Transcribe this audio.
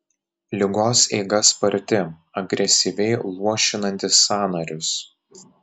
ligos eiga sparti agresyviai luošinanti sąnarius